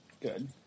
Good